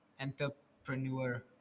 Entrepreneur